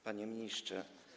Panie Ministrze!